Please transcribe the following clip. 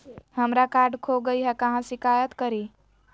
हमरा कार्ड खो गई है, कहाँ शिकायत करी?